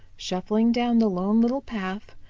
shuffling down the lone little path,